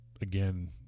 again